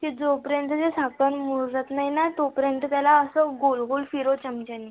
ती जोपर्यंत जे साखर मुरत नाही नं तोपर्यंत त्याला असं गोल गोल फिरव चमच्याने